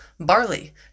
Barley